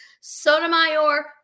Sotomayor